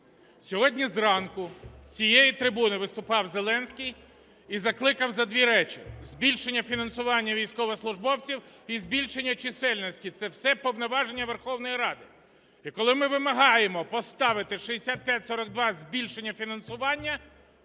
Сьогодні зранку з цієї трибуни виступав Зеленський і закликав за дві речі: збільшення фінансування військовослужбовців і збільшення чисельності – це все повноваження Верховної Ради. І коли ми вимагаємо поставити 6542 (збільшення фінансування),